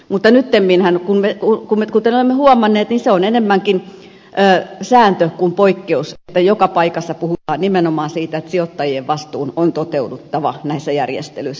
mutta nyttemminhän kuten olemme huomanneet se on enemmänkin sääntö kuin poikkeus että joka paikassa puhutaan nimenomaan siitä että sijoittajien vastuun on toteuduttava näissä järjestelyissä